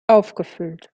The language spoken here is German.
aufgefüllt